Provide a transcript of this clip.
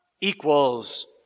equals